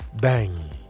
Bang